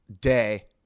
day